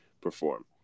perform